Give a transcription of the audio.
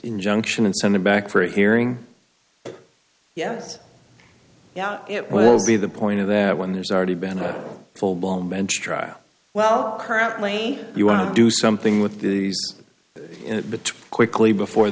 injunction and send it back for a hearing yes it will be the point of that when there's already been a full blown bench trial well currently you want to do something with it but quickly before